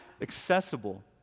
accessible